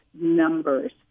numbers